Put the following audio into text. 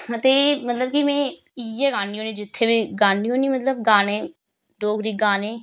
ते मतलब कि में इ'यै गान्नी होन्नी जित्थें बी गान्नी होन्नी मतलब कि गाने डोगरी गाने